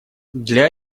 для